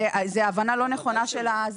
זאת הבנה לא נכונה.